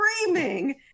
Screaming